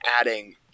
adding